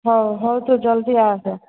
ହଉ ହଉ ତୁ ଜଲ୍ଦି ଆସେ